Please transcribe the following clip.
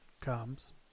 comes